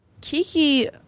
Kiki